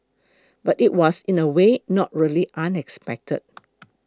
but it was in a way not really unexpected